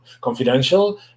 confidential